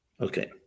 Okay